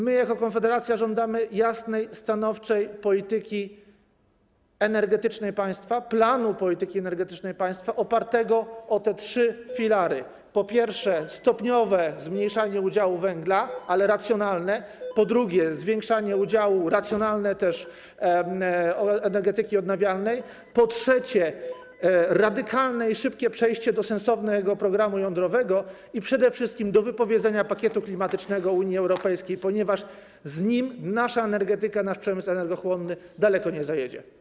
My jako Konfederacja żądamy jasnej, stanowczej polityki energetycznej państwa, planu polityki energetycznej państwa opartego o te trzy filary: po pierwsze, stopniowe zmniejszanie udziału węgla, ale racjonalne, po drugie, racjonalne też, zwiększanie udziału energetyki odnawialnej, po trzecie, radykalne i szybkie przejście do sensownego programu jądrowego i przede wszystkim do wypowiedzenia pakietu klimatycznego Unii Europejskiej, ponieważ z nim nasza energetyka, nasz przemysł energochłonny daleko nie zajedzie.